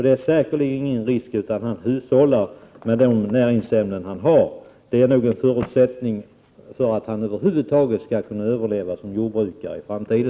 Det är säkerligen ingen risk att han inte hushållar med de näringsämnen som står till buds. Att han hushållar med dessa är nog i stället en förutsättning för att han över huvud taget skall kunna överleva som jordbrukare.